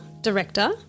director